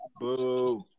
Boo